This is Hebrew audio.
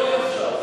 אי-אפשר.